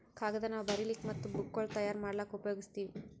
ಕಾಗದ್ ನಾವ್ ಬರಿಲಿಕ್ ಮತ್ತ್ ಬುಕ್ಗೋಳ್ ತಯಾರ್ ಮಾಡ್ಲಾಕ್ಕ್ ಉಪಯೋಗಸ್ತೀವ್